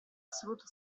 assoluto